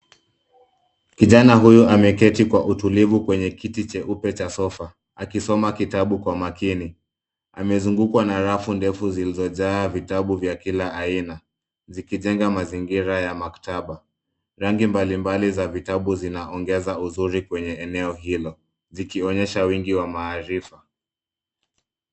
Kijana huyu ameketi kwa utulivu kwenye kiti cheupe cha sofa, akisoma kitabu kwa makini. Amezungukwa na rafu ndefu zilizojaa vitabu vya kila aina, zikijenga mazingira ya maktaba. Rangi mbalimbali za vitabu zinaongeza uzuri kwenye eneo hilo. Zikionyesha wingi wa maarifa.